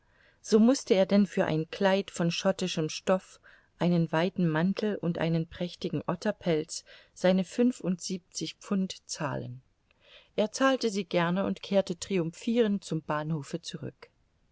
so mußte er denn für ein kleid von schottischem stoff einen weiten mantel und einen prächtigen otterpelz seine fünfundsiebenzig pfund zahlen er zahlte sie gerne und kehrte triumphirend zum bahnhofe zurück